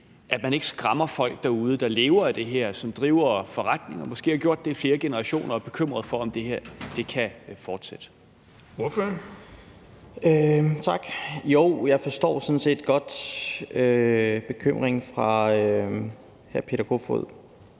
at man ikke skræmmer folk derude, der lever af det her, og som driver forretning og måske har gjort det i flere generationer og er bekymret for, om det kan fortsætte? Kl. 13:32 Den fg. formand (Erling Bonnesen):